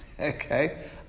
Okay